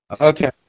Okay